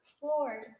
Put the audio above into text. Floored